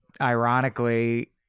ironically